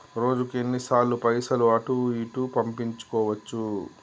రోజుకు ఎన్ని సార్లు పైసలు అటూ ఇటూ పంపించుకోవచ్చు?